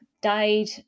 died